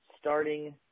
starting